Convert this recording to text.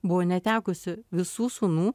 buvo netekusi visų sūnų